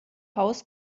haus